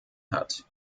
hat